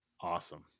awesome